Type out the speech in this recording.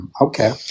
Okay